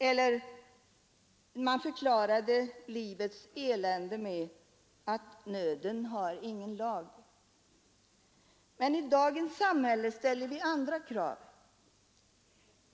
Eller man förklarade livets elände med att nöden har ingen lag. Men i dagens samhälle ställer vi andra krav.